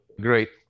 great